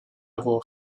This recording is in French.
avoir